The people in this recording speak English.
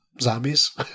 zombies